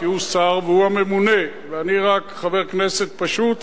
כי הוא שר והוא הממונה ואני רק חבר כנסת פשוט,